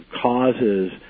causes